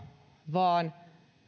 vaan